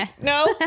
No